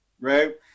right